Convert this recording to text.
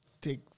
take